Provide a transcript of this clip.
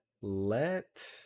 let